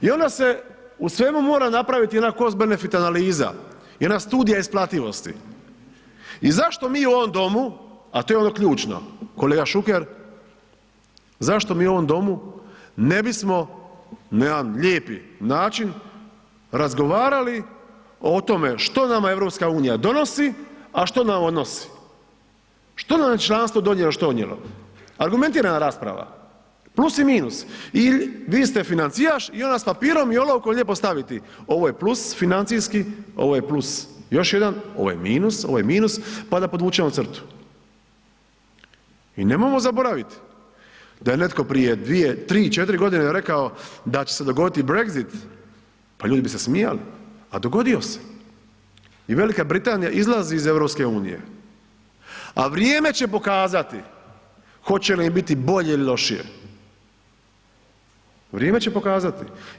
I onda se u svemu mora napravit jedna Cost-Benefit analiza, jedna studija isplativosti i zašto mi u ovom domu, a to je ono ključno, kolega Šuker zašto mi u ovom domu ne bismo na jedan lijepi način razgovarali o tome što nama EU donosi, a što nam odnosi, što nam je članstvo donijelo, što odnijelo, argumentirana rasprava, plus i minus i vi ste financijaš i onda s papirom i olovkom lijepo staviti ovo je plus financijski, ovo je plus još jedan, ovo je minus, ovo je minus, pa da podvučemo crtu i nemojmo zaboraviti da je netko prije 2, 3, 4.g. rekao da će se dogoditi brexit, pa ljudi bi se smijali, a dogodio se i Velika Britanija izlazi iz EU, a vrijeme će pokazati hoće li im biti bolje ili lošije, vrijeme će pokazati.